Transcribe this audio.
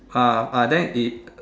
uh uh then it